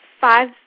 Five